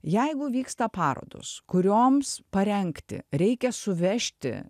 jeigu vyksta parodos kurioms parengti reikia suvežti